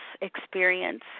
experience